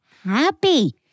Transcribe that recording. happy